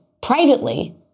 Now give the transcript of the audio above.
privately